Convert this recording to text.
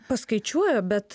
paskaičiuoja bet